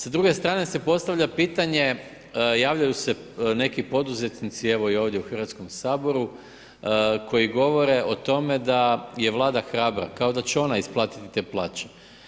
Sa druge strane se postavlja pitanje, javljaju se neki poduzetnici, evo i ovdje u Hrvatskom saboru koji govore o tome da je Vlada hrabra, kao da će ona isplatiti te plaće.